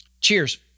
cheers